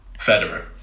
Federer